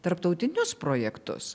tarptautinius projektus